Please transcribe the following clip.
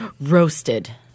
Roasted